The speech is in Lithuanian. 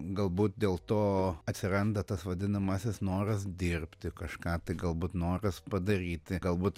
galbūt dėl to atsiranda tas vadinamasis noras dirbti kažką tai galbūt noras padaryti galbūt